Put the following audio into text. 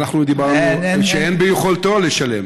ואנחנו דיברנו על כך שאין ביכולתו לשלם.